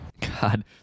God